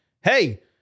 hey